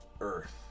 Earth